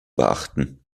beachten